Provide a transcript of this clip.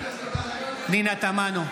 פנינה תמנו,